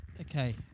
Okay